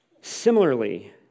Similarly